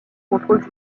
contrôle